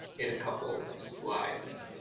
in a couple of slides.